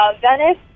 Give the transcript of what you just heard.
Venice